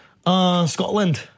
Scotland